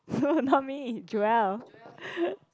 no not me Joel